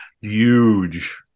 Huge